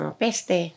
peste